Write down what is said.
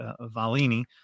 Valini